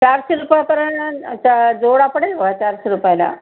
चारशे रुपयापर्यंतचा जोडा पडेल बघा चारशे रुपयाला